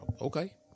okay